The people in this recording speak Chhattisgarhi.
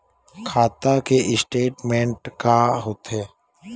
खाता के स्टेटमेंट का होथे?